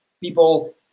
people